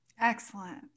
Excellent